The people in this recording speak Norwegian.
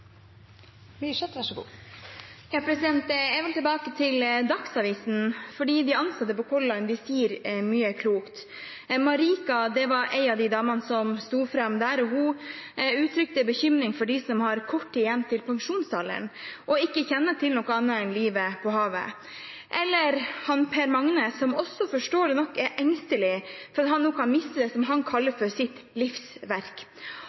Myrseth. Jeg vil tilbake til Dagsavisen, for de ansatte på Color Line sier mye klokt. Marika var en av damene som sto fram, og hun uttrykte bekymring for dem som har kort tid igjen til pensjonsalderen og ikke kjenner til noe annet enn livet på havet. Og Per Magne er forståelig nok engstelig for at han nå kan miste det han